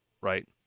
right